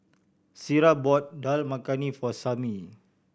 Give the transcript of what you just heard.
Sierra bought Dal Makhani for Samie